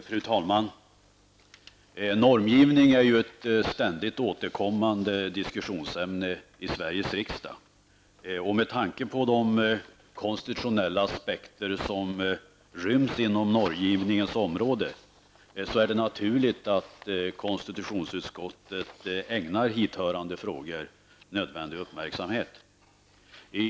Fru talman! Normgivning är ju ett ständigt återkommande diskussionsämne i Sveriges riksdag. Med tanke på de konstitutionella aspekter som ryms inom normgivningens område är det naturligt att konstitutionsutskottet ägnar hithörande frågor nödvändig uppmärksamhet.